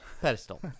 pedestal